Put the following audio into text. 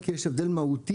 כי יש הבדל מהותי,